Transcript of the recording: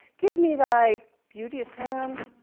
give me thy beauteous hand.